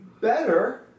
Better